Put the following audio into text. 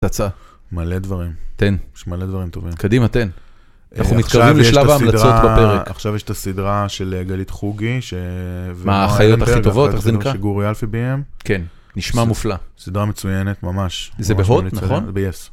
תצ׳׳א. מלא דברים. תן. יש מלא דברים טובים. קדימה, תן. אנחנו מתקרבים לשלב ההמלצות בפרק. עכשיו יש את הסדרה של גלית חוגי. מה, החיות הכי טובות, איך זה נקרא? סדרה שגורי אלפי ביים. כן, נשמע מופלא. סדרה מצוינת, ממש. זה בהוט, נכון? זה בyes.